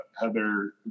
Heather